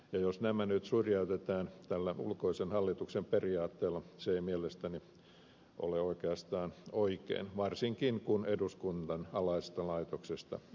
jos nämä nyt syrjäytetään tällä ulkoisen hallituksen periaatteella se ei mielestäni ole oikeastaan oikein varsinkin kun eduskunnan alaisesta laitoksesta on kyse